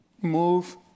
move